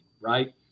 right